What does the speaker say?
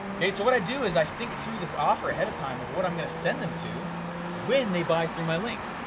okay? so, what i do is i think through this offer ahead of time of what i'm gonna send them to when they buy through my link.